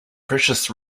precious